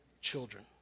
children